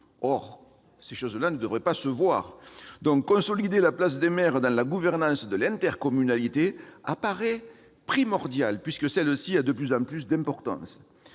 De tels faits ne devraient pas se produire ! Consolider la place des maires dans la gouvernance de l'intercommunalité apparaît primordial, puisque cet échelon a de plus en plus d'importance.